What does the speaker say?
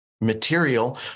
material